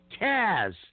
Kaz